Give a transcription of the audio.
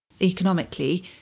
economically